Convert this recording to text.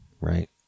right